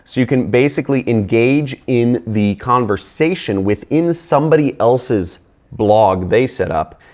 you can basically engage in the conversation with in somebody else's blog they set up.